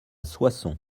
soissons